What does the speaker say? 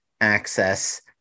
access